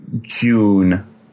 June